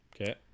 Okay